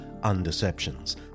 Undeceptions